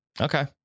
Okay